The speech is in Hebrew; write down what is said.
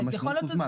המשמעות היא זמן.